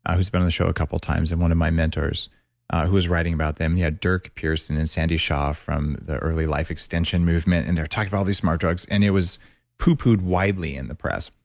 ah who's been on the show a couple of times and one of my mentors who was writing about them. he had durk pearson and sandy shaw from the early life extension movement. and they're talking about these smart drugs and it was poo-pooed widely in the press.